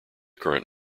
current